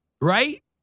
Right